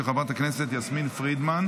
של חברת הכנסת יסמין פרידמן.